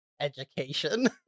Education